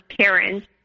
parents